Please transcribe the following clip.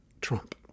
Trump